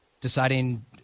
deciding